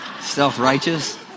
self-righteous